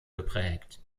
geprägt